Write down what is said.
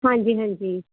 ਹਾਂਜੀ ਹਾਂਜੀ